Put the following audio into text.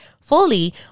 fully